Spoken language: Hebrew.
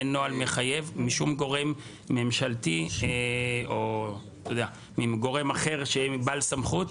אין נוהל מחייב משום גורם ממשלתי או גורם אחר שהוא בעל סמכות.